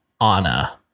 Anna